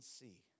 see